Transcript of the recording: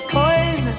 coin